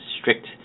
strict